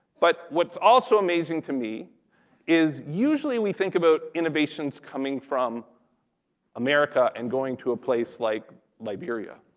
but what's also amazing to me is usually we think about innovations coming from america and going to a place like liberia,